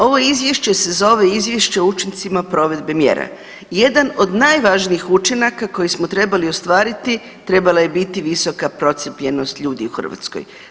Ovo izvješće se zove izvješće o učincima provedbe mjere i jedan od najvažnijih učinaka koji smo trebali ostvariti trebala je biti visoka procijepljenost ljudi u Hrvatskoj.